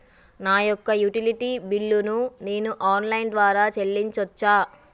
నా యొక్క utility bill ను నేను ఆన్ లైన్ ద్వారా చెల్లించొచ్చా?